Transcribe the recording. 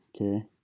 Okay